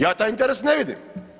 Ja taj interes ne vidim.